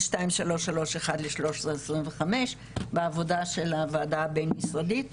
2331 ל-1325 בעבודה של הוועדה הבין-משרדית,